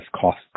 cost